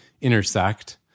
intersect